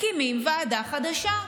מקימים ועדה חדשה.